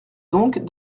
donc